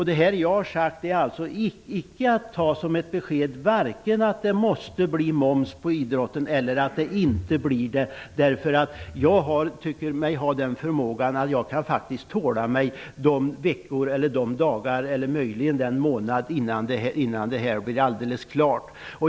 Det som jag nu har sagt skall icke tas som ett besked, vare sig om att det skall bli moms på idrotten eller om att det inte skall bli det. Jag tycker mig ha den förmågan att jag kan tåla mig de veckor, de dagar eller möjligen den månad som det tar innan det blir alldeles klart.